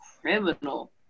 criminal